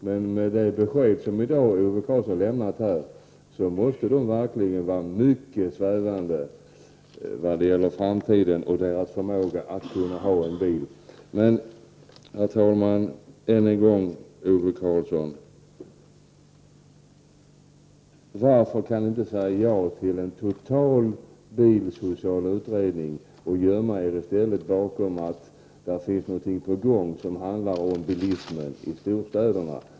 Men med det besked som Ove Karlsson i dag har lämnat här måste de verkligen vara mycket svävande när det gäller deras möjlighet att i framtiden kunna ha en bil. Än en gång Ove Karlsson: Varför kan ni inte säga ja till en total bilsocial utredning i stället för att gömma er bakom att det är någonting på gång när det gäller bilismen i storstäderna?